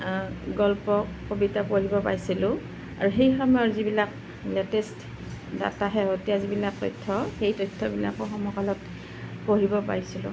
গল্প কবিতা পঢ়িব পাইছিলোঁ আৰু সেই সময়ৰ যিবিলাক লেটেষ্ট দাতা শেহতীয়া যিবিলাক তথ্য সেই তথ্যবিলাকো সমকালত পঢ়িব পাইছিলোঁ